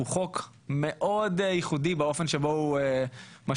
הוא חוק מאוד ייחודי באופן שבו הוא משפיע